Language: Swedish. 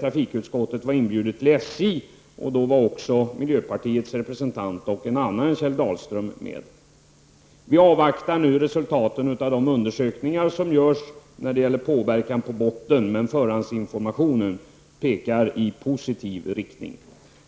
trafikutskottet var inbjudet till SJ. Då var också miljöpartiets representant och en annan Kjell Vi avvaktar resultaten av de undersökningar som görs när det gäller påverkan på botten. Men förhandsinformationen pekar i positiv riktning.